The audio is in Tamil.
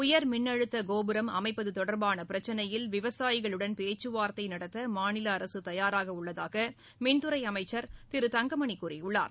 உயர் மின்னழுத்த கோபுரம் அமைப்பது தொடர்பான பிரச்சினையில் விவசாயிகளுடன் பேச்சு வார்த்தை நடத்த மாநில அரசு தயாராக உள்ளதாக மின்துறை அமைச்சர் திரு தங்கமணி கூறியுள்ளார்